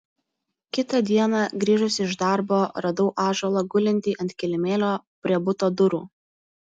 kitą dieną grįžusi iš darbo radau ąžuolą gulintį ant kilimėlio prie buto durų